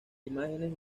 imágenes